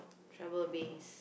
travel base